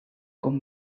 com